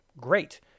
great